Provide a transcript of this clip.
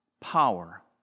power